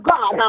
God